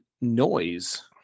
noise